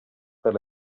per